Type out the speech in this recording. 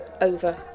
over